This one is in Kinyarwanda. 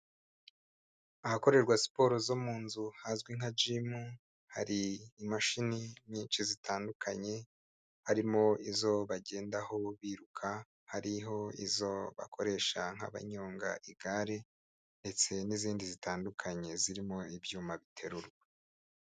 Ahakorerwa siporo zo mu nzu hazwi nka GM hari imashini nyinshi zitandukanye, harimo izo bagendaho biruka, hariho izo bakoresha nk'abanyonga igare, ndetse n'izindi zitandukanye zirimo ibyuma biterurwa.